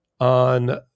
on